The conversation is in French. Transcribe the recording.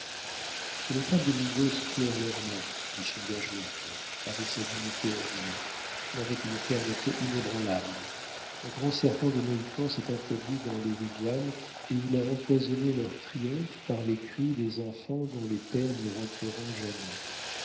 que les femmes des mingos pleurent leur mort dit chingachgook avec sa dignité ordinaire et avec une fermeté inébranlable le grand serpent des mohicans s'est introduit dans les wigwams et il a empoisonné leur triomphe par les cris des enfants dont les pères n'y rentreront jamais